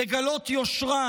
לגלות יושרה,